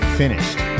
finished